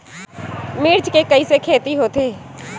मिर्च के कइसे खेती होथे?